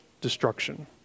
Destruction